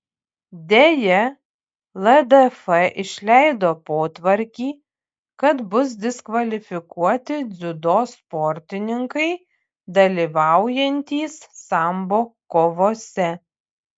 deja ldf išleido potvarkį kad bus diskvalifikuoti dziudo sportininkai dalyvaujantys sambo kovose